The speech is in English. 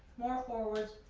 more forwards.